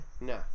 No